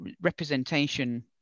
representation